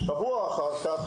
שבוע אחר כך